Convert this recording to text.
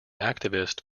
activist